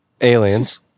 Aliens